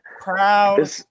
Proud